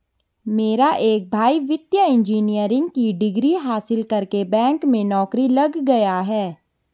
मेरा एक भाई वित्तीय इंजीनियरिंग की डिग्री हासिल करके बैंक में नौकरी लग गया है